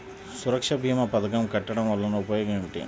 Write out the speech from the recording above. సురక్ష భీమా పథకం కట్టడం వలన ఉపయోగం ఏమిటి?